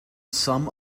some